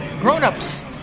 grown-ups